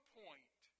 point